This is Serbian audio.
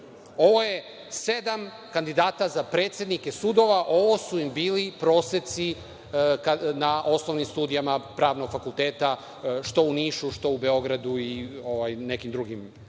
Ovo je sedam kandidata za predsednike sudova. Ovo su im bili proseci na osnovnim studijama Pravnog fakulteta što u Nišu, što u Beogradu i nekim drugim